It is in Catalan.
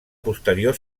posterior